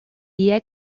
the